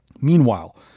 Meanwhile